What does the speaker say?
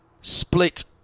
split